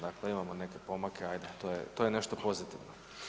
Dakle imamo neke pomake, ajde to je nešto pozitivno.